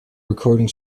recording